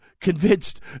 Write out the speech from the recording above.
convinced